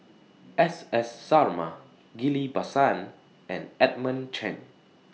S S Sarma Ghillie BaSan and Edmund Chen